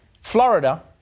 Florida